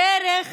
דרך